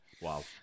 Wow